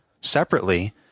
separately